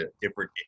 different